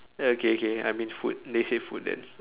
ya okay okay I mean food they say food then